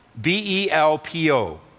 B-E-L-P-O